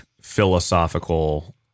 philosophical